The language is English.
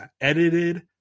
edited